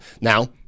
now